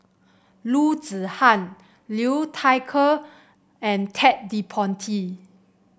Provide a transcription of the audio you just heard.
Loo Zihan Liu Thai Ker and Ted De Ponti